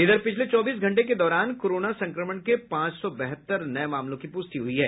इधर पिछले चौबीस घंटों के दौरान कोरोना संक्रमण के पांच सौ बहत्तर नये मामलों की प्रष्टि हुई है